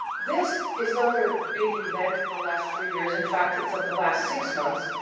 this is the other big event of the last three years. in fact, it's of the last six months.